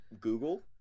google